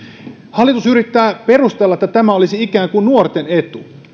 hallitus yrittää perustella että tämä olisi ikään kuin nuorten etu no